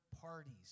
parties